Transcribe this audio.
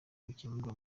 bikemurwa